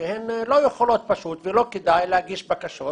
שהן לא יכולות ולא כדאי להן להגיש בקשות